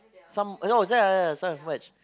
some no yeah yeah some have merged